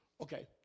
Okay